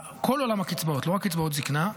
כל עולם הקצבאות, לא רק קצבאות זקנה,